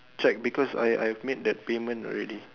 check because I I have made that payment already